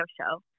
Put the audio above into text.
show